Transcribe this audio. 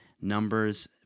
numbers